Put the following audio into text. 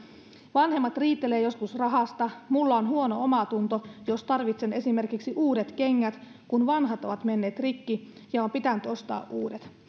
vanhemmat riitelee joskus rahasta mulla on huono omatunto jos tarvitsen esimerkiksi uudet kengät kun vanhat on menneet rikki ja on pitänyt ostaa uudet